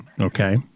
Okay